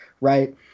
right